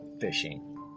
fishing